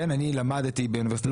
אני למדתי באוניברסיטת תל אביב,